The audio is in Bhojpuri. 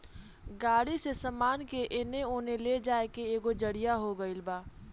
गाड़ी से सामान के एने ओने ले जाए के एगो जरिआ हो गइल बा